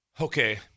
Okay